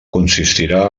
consistirà